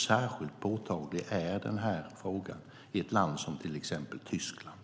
Särskilt påtaglig är denna fråga i ett land som till exempel Tyskland.